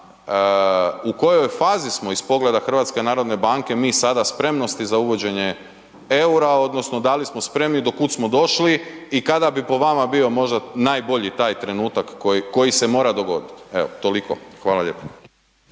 u kojoj smo fazi iz pogleda HNB-a mi sada spremnosti za uvođenje EUR-a odnosno da li smo spremni, do kud smo došli i kada bi po vama bio možda najbolji taj trenutak koji se mora dogodit? Evo toliko, hvala lijepo.